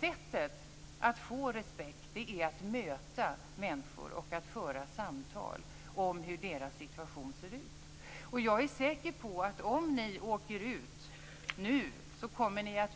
Sättet att få respekt är att möta människor och föra samtal om hur deras situation ser ut. Jag är säker på att om ni åker ut nu kommer ni